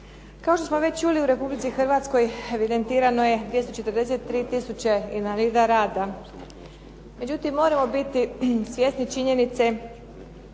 Kao što smo već čuli u Republici Hrvatskoj evidentirano je 243 tisuće invalida rada, međutim moramo biti svjesni činjenice